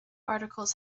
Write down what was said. articles